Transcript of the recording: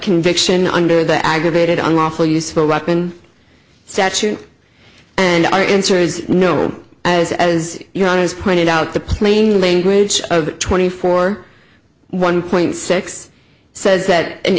conviction under the aggravated unlawful use for ruckman statute and our answer is no as as your own has pointed out the plain language of twenty four one point six says that in